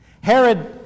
Herod